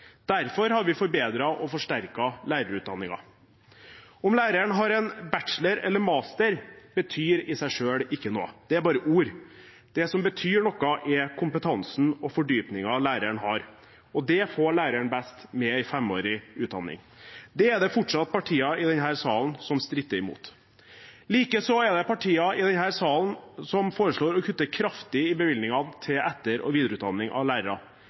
Derfor har vi forbedret og forsterket lærerutdanningen. Om læreren har en bachelor eller master, betyr i seg selv ikke noe – det er bare ord. Det som betyr noe, er kompetansen og fordypningen læreren har, og det får læreren best med en femårig utdanning. Det er det fortsatt partier i denne salen som stritter imot. Likeså er det partier i denne salen som foreslår å kutte kraftig i bevilgningene til etter- og videreutdanning av lærere,